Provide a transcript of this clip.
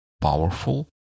powerful